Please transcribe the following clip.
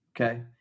okay